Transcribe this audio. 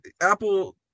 Apple